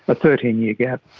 a thirteen year gap.